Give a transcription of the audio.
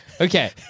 okay